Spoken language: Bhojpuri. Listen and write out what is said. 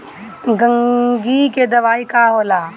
गंधी के दवाई का होला?